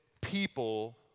people